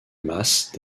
masses